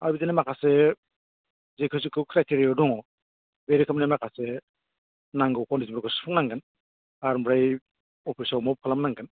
आजिखालि माखासे जेखौ जेखौ क्राइटेरियाआव दङ बे रोखोमनि माखासे नांगौ कण्डिसनफोरखौ सुफुंनांगोन आरो ओमफ्राय अफिसाव मुभ खालामनांगोन